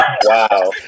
Wow